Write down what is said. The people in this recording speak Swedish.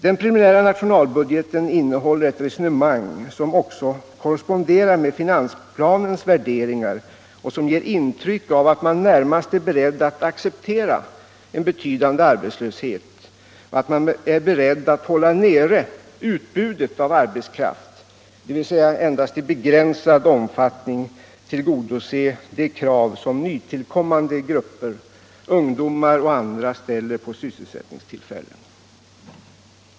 Den preliminära nationalbudgeten innehåller ett resonemang som också korresponderar med finansplanens värderingar och som ger intryck av att man närmast är beredd att acceptera en betydande arbetslöshet och att man är beredd att hålla nere utbudet av arbetskraft, dvs. endast i begränsad omfattning tillgodose de krav som nytillkommande grupper, ungdomar och andra, ställer på sysselsättningstillfällen.